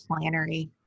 flannery